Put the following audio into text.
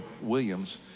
Williams